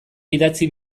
idatzi